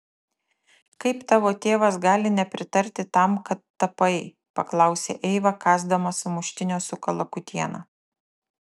kaip tavo tėvas gali nepritarti tam kad tapai paklausė eiva kąsdama sumuštinio su kalakutiena